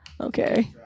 Okay